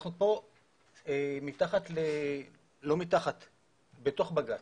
אנחנו פה בתוך בג"צ.